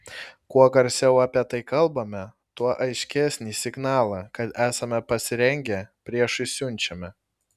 kuo garsiau apie tai kalbame tuo aiškesnį signalą kad esame pasirengę priešui siunčiame